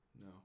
no